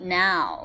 now